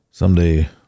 Someday